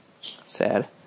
Sad